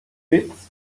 fits